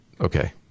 Okay